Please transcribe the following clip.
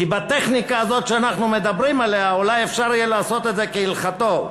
כי בטכניקה הזאת שאנחנו מדברים עליה אולי יהיה אפשר לעשות את זה כהלכתו.